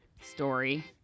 story